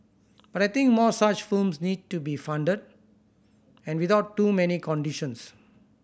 but I think more such films need to be funded and without too many conditions